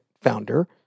founder